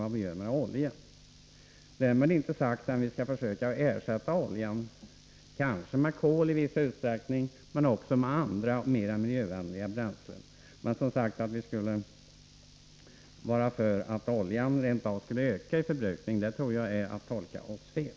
Därmed är inte sagt att vi inte skall försöka ersätta oljan, kanske med kol men också med andra mer miljövänliga bränslen. Men att påstå att vi skulle vara för att oljeförbrukningen rent av borde öka är att tolka oss fel.